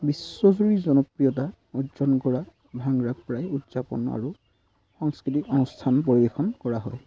বিশ্বজুৰি জনপ্ৰিয়তা অৰ্জন কৰা ভাঙ্গৰা প্ৰায় উদযাপন আৰু সংস্কৃতিক অনুষ্ঠানত পৰিৱেশন কৰা হয়